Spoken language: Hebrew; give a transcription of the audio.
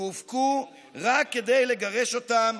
שהופקו רק כדי לגרש אותם